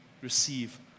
receive